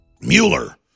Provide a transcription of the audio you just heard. Mueller